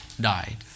died